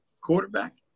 quarterback